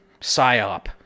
psyop